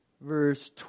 verse